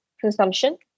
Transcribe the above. consumption